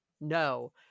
no